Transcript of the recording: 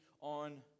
on